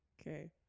Okay